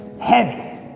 heavy